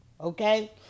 Okay